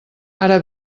ara